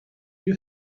you